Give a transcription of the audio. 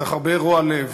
צריך הרבה רוע לב,